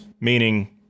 meaning